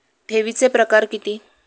ठेवीचे प्रकार किती?